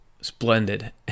splendid